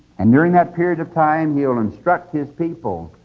and during that period of time he will instruct his people,